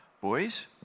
boys